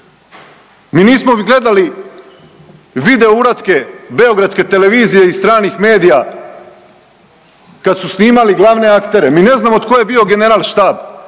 Mi nismo gledali video uratke beogradske televizije i stranih medija kad su snimali glavne aktere. Mi ne znamo tko je bio general štab